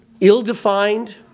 ill-defined